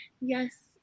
Yes